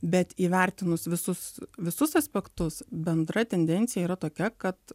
bet įvertinus visus visus aspektus bendra tendencija yra tokia kad